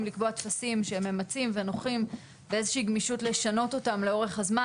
לקבוע טפסים שהם ממצים ונוחים ואיזה שהיא גמישות לשנות אותם לאורך הזמן.